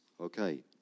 Okay